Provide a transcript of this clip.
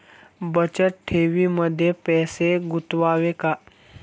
बचत ठेवीमध्ये पैसे गुंतवावे का?